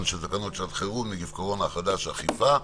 של תקנות שעת חירום (נגיף הקורונה החדש אכיפה).